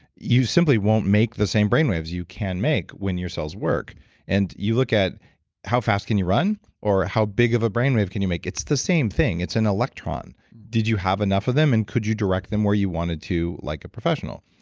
you simply won't make the same brainwaves you can make when your cells work and you look at how fast can you run or how big of a brainwave can you make. it's the same thing. it's an electron. did you have enough of them and could you direct them where you wanted to like a professional?